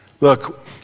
Look